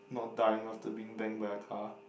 not dying after being bang by a car